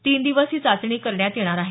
तीन दिवस ही चाचणी करण्यात येणार आहे